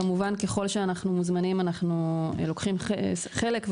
כמובן ככל שאנחנו מוזמנים אנחנו לוקחים חלק,